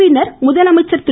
பின்னர் முதலமைச்சர் திரு